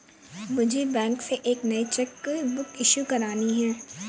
मुझे बैंक से एक नई चेक बुक इशू करानी है